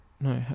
No